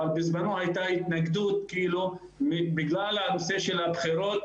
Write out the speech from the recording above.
בזמנו הייתה התנגדות בגלל הנושא של הבחירות,